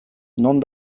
non